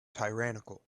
tyrannical